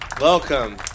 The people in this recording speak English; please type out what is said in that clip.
Welcome